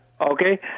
Okay